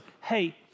hey